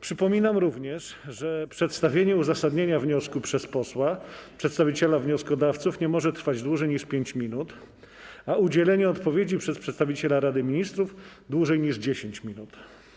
Przypominam również, że przedstawienie uzasadnienia wniosku przez posła przedstawiciela wnioskodawców nie może trwać dłużej niż 5 minut, a udzielenie odpowiedzi przez przedstawiciela Rady Ministrów - dłużej niż 10 minut.